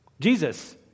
Jesus